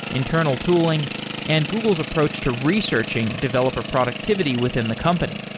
internal tooling and google's approach to researching developer productivity within the company.